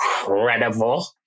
incredible